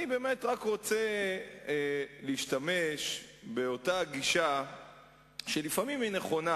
אני רק רוצה להשתמש באותה גישה שלפעמים היא נכונה,